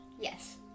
Yes